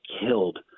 killed